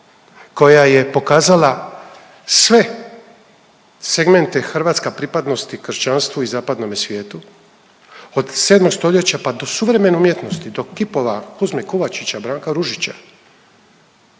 koja je pokazala sve segmente hrvatske pripadnosti kršćanstvu i zapadnome svijetu od 7. stoljeća pa do suvremene umjetnosti do kipova Kuzme Kuvačića, Branka Ružića.